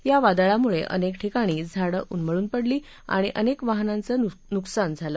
या वादळामुळे अनेक ठिकाणी झाडं उन्मळून पडली आणि अनेक वाहनांचं नुकसान झालं